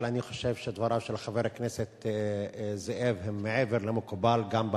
אבל אני חושב שדבריו של חבר הכנסת זאב הם מעבר למקובל גם בפרלמנט.